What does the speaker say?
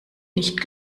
nicht